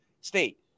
state